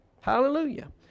Hallelujah